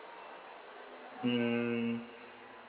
mm